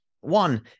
One